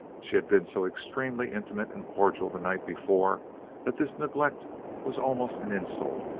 she had been so extremely intimate and cordial the night before that this neglect was almost an insult.